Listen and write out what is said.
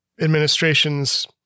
administration's